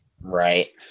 right